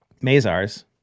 Mazars